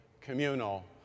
communal